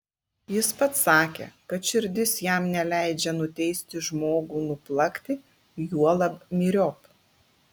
jis pats sakė kad širdis jam neleidžia nuteisti žmogų nuplakti juolab myriop